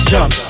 Jump